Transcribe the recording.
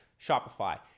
Shopify